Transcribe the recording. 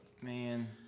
Man